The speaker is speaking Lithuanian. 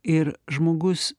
ir žmogus